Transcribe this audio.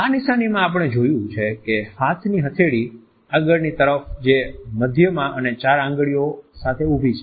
આ નિશાનીમાં આપણે જોયું છે કે હાથની હથેળી આગળની તરફ જે મધ્યમાં અને ચાર આંગળીઓ સાથે ઊભી છે